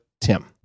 Tim